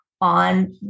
on